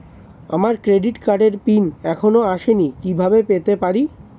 আমার ক্রেডিট কার্ডের পিন এখনো আসেনি কিভাবে পেতে পারি?